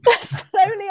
Slowly